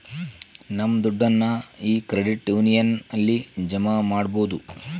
ನಮ್ ದುಡ್ಡನ್ನ ಈ ಕ್ರೆಡಿಟ್ ಯೂನಿಯನ್ ಅಲ್ಲಿ ಜಮಾ ಮಾಡ್ಬೋದು